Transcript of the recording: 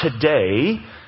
today